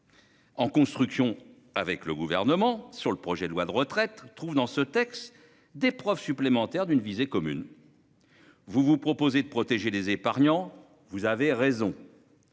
En construction avec le gouvernement sur le projet de loi de retraites trouve dans ce texte des preuves supplémentaires d'une visée commune. Vous vous proposez de protéger les épargnants. Vous avez raison.